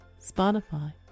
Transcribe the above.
Spotify